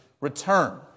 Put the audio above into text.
return